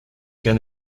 cas